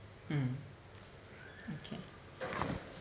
mm okay